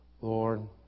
Lord